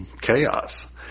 chaos